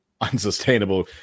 unsustainable